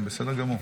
בבקשה.